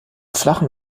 flachen